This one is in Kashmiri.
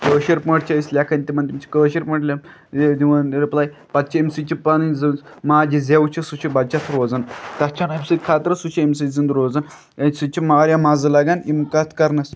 کٲشِرۍ پٲٹھۍ چھِ أسۍ لیکھان تِمَن تِم چھِ کٲشِرۍ پٲٹھۍ یہِ دِوان رِپلَے پَتہٕ چھِ أمۍ سۭتۍ چھِ پںٕنۍ ماجہِ زیٚو چھِ سُہ چھِ بَچَتھ روزان تَتھ چھُنہٕ أمۍ سۭتۍ خطرٕ سُہ چھِ أمۍ سۭتۍ زِندٕ روزان أتۍ سۭتۍ چھِ واریاہ مَزٕ لگان یِم کَتھ کَرنَس